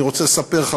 אני רוצה לספר לך,